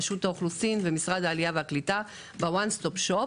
רשות האוכלוסין ומשרד העלייה והקליטה בוואן סטופ שופ